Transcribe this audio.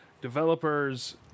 developers